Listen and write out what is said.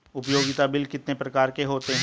उपयोगिता बिल कितने प्रकार के होते हैं?